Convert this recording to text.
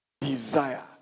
desire